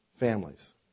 families